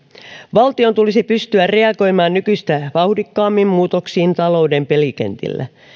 valtion tulisi pystyä reagoimaan nykyistä vauhdikkaammin muutoksiin talouden pelikentillä